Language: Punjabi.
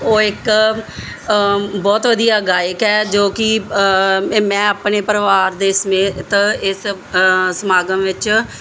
ਉਹ ਇੱਕ ਬਹੁਤ ਵਧੀਆ ਗਾਇਕ ਹੈ ਜੋ ਕੀ ਮੈਂ ਆਪਣੇ ਪਰਿਵਾਰ ਦੇ ਸਮੇਤ ਇਸ ਸਮਾਗਮ ਵਿੱਚ